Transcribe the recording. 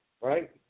right